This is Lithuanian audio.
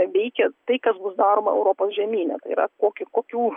veikia tai kas bus daroma europos žemyne tai yra koki kokių